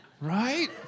Right